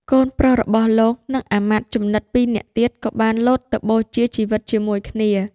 កូនប្រុសរបស់លោក និងអាមាត្យជំនិត ២ នាក់ទៀត ក៏បានលោតទៅបូជាជីវិតជាមួយគ្នា។